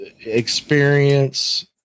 experience